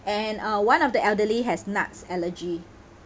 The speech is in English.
and uh one of the elderly has nuts allergy